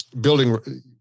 building